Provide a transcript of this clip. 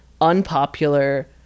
unpopular